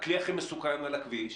הכלי הכי מסוכן על הכבישים,